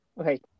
okay